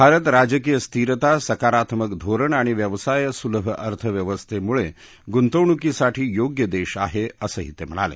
भारत राजकीय स्थिरता सकारात्मक धोरण आणि व्यवसायसुलभ अर्थव्यवस्थेमुळे गृंतवणूकीसाठी योग्य देश आहे असंही ते म्हणाले